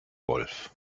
wolf